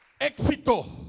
Éxito